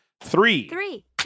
Three